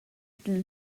dil